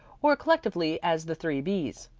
or collectively as the three b's.